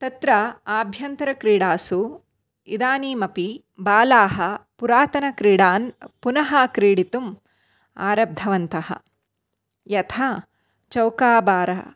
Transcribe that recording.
तत्र आभ्यन्तरक्रीडासु इदानीमपि बालाः पुरातनक्रीडान् पुनः क्रीडितुं आरब्धवन्तः यथा चौकाबारा